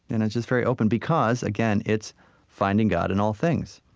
and it's just very open because, again, it's finding god in all things.